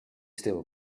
still